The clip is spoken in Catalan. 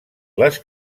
les